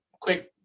quick